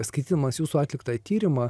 skaitydamas jūsų atliktą tyrimą